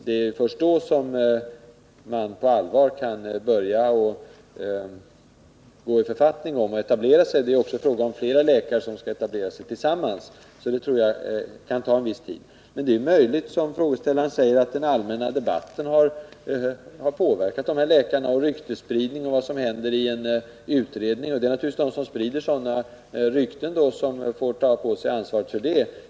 Det är först då som man på allvar kan etablera sig, och f. ö. är det flera läkare som skall etablera sig tillsammans. Jag tror därför att det kan ta en viss tid. Men det är, som frågeställaren säger, möjligt att den allmänna debatten och ryktesspridning om vad som händer i en utredning kan ha påverkat de här läkarna. Då är det naturligtvis de som sprider sådana rykten som får ta på sig ansvaret.